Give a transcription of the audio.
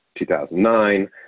2009